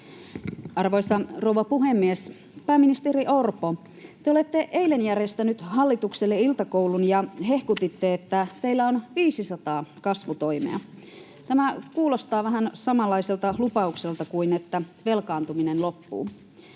Arvoisa rouva puhemies! Pääministeri Orpo, te olette eilen järjestänyt hallitukselle iltakoulun ja hehkutitte, että teillä on 500 kasvutoimea. Tämä kuulostaa vähän samanlaiselta lupaukselta kuin että velkaantuminen loppuu.